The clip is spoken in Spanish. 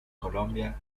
colombia